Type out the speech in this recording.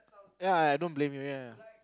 ya I I don't blame you ya ya